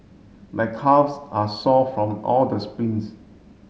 my calves are sore from all the sprints